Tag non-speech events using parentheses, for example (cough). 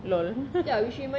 LOL (laughs)